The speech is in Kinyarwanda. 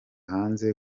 hanze